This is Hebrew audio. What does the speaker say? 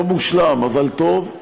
לא מושלם אבל טוב,